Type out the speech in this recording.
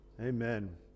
Amen